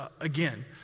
again